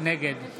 נגד